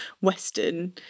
Western